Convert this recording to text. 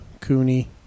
Cooney